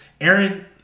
Aaron